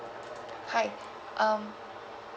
hi um